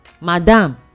madam